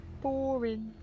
Boring